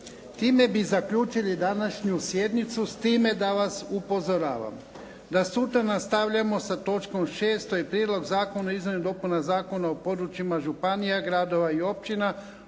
Time bi zaključili današnju sjednicu, s time da vas upozoravam da sutra nastavljamo sa točkom 6. To je Prijedlog zakona o izmjeni i dopuni Zakona o područjima županija, gradova i općina